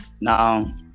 Now